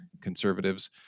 conservatives